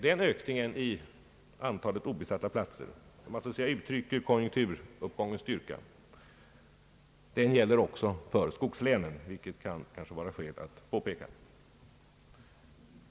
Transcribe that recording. Den ökningen av antalet obesatta platser, som så att säga uttrycker konjunkturuppgångens styrka, gäller också för skogslänen, vilket kanske kan finnas skäl att påpeka.